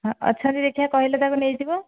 ହଁ ଅଛନ୍ତି ଦେଖିବା କହିଲେ ତାକୁ ନେଇଯିବ